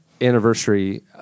anniversary